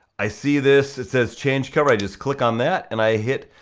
i see this, it says, change cover, i just click on that, and i hit,